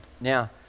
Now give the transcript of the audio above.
Now